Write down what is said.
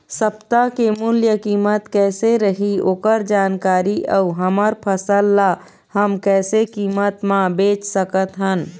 सप्ता के मूल्य कीमत कैसे रही ओकर जानकारी अऊ हमर फसल ला हम कैसे कीमत मा बेच सकत हन?